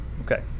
Okay